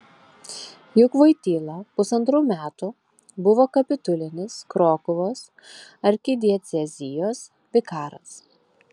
juk voityla pusantrų metų buvo kapitulinis krokuvos arkidiecezijos vikaras